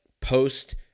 post